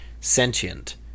sentient